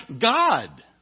God